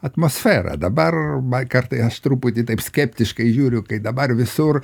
atmosfera dabar man kartą jas truputį taip skeptiškai žiūriu kai dabar visur